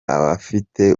abafite